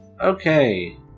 Okay